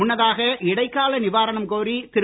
முன்னதாக இடைக்கால நிவாரணம் கோரி திரு